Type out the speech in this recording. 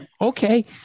Okay